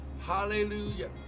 Hallelujah